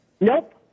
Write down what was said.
Nope